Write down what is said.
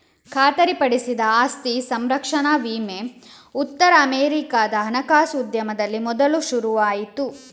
ಖಾತರಿಪಡಿಸಿದ ಆಸ್ತಿ ಸಂರಕ್ಷಣಾ ವಿಮೆ ಉತ್ತರ ಅಮೆರಿಕಾದ ಹಣಕಾಸು ಉದ್ಯಮದಲ್ಲಿ ಮೊದಲು ಶುರು ಆಯ್ತು